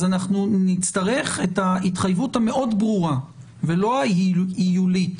אנחנו נצטרך את ההתחייבות המאוד ברורה ולא העיונית